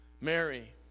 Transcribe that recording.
Mary